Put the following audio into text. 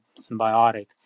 symbiotic